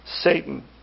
Satan